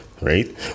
right